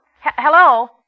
Hello